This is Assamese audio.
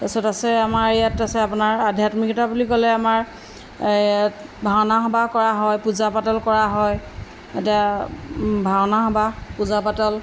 তাৰপাছত আছে আমাৰ ইয়াত আছে আপোনাৰ আধ্যাত্মিকতা বুলি ক'লে আমাৰ ইয়াত ভাওনা সভা কৰা হয় পূজা পাতল কৰা হয় এতিয়া ভাওনা সভা পূজা পাতল